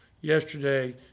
yesterday